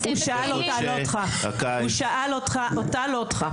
הוא שאל אותה לא אותך, הוא שאל אותה לא אותך.